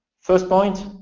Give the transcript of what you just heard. first point,